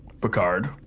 Picard